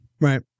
Right